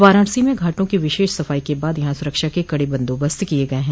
वाराणसी में घाटों की विशेष सफाई के बाद यहां सुरक्षा के कड़े बंदोबस्त किये गये हैं